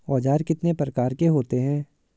औज़ार कितने प्रकार के होते हैं?